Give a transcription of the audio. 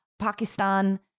Pakistan